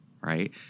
right